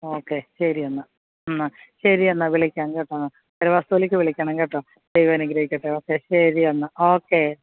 okay ശരി എന്നാൽ എന്നാൽ ശരി എന്നാൽ വിളിക്കാം കേട്ടോ പെര വസ്തുവിളിക്ക് വിളിക്കണം കേട്ടോ ദൈവം അനുഗ്രഹിക്കട്ടെ ഓക്കേ ശരി എന്നാൽ ഓക്കേ